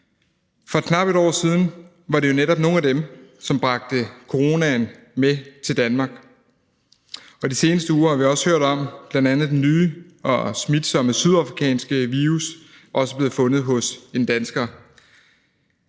For knap et år siden var det jo netop nogle af dem, som bragte coronaen til Danmark. Og de seneste uger har vi også hørt, at bl.a. den nye og smitsomme sydafrikanske variant også er blevet fundet hos en dansker.